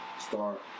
start